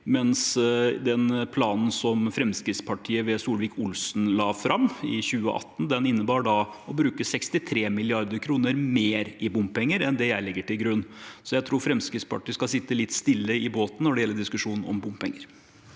Planen som Fremskrittspartiet, ved Solvik-Olsen, la fram i 2018, innebar å bruke 63 mrd. kr mer i bompenger enn det jeg legger til grunn. Så jeg tror Fremskrittspartiet skal sitte litt stille i båten når det gjelder diskusjonen om bompenger.